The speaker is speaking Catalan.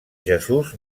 jesús